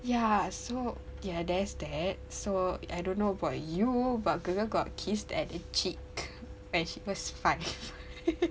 ya so ya there's that so I don't know about you but girl girl got kissed at the cheek when she was five